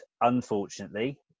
unfortunately